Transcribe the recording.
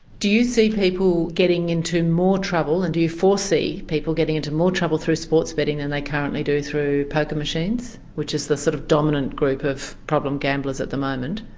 do you see people getting into more trouble and do you foresee people getting into more trouble through sports betting than they currently do through poker machines, which is the sort of dominant group of problem gamblers at the moment?